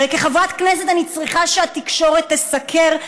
הרי כחברת כנסת אני צריכה שהתקשורת תסקר,